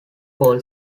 goals